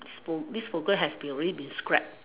this this program has been already been scrapped